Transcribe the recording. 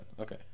Okay